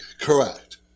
correct